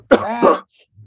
Rats